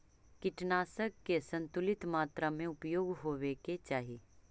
कीटनाशक के संतुलित मात्रा में उपयोग होवे के चाहि